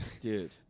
Dude